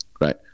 right